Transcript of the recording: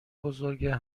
بزرگه